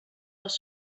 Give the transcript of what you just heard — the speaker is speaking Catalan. les